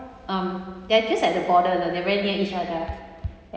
um they're just at the border they're very near each other